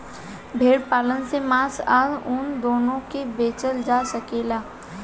भेड़ पालन से मांस आ ऊन दूनो के बेचल जा सकेला